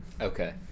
Okay